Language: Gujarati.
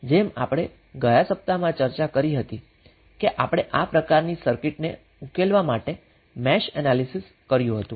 જેમ આપણે ગયા સપ્તાહમાં ચર્ચા કરી હતી કે આપણે આ પ્રકારની સર્કિટને ઉકેલવા માટે મેશ એનાલીસીસ કર્યું હતું